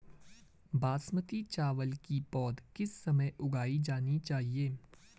बासमती चावल की पौध किस समय उगाई जानी चाहिये?